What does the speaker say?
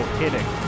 hitting